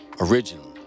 originally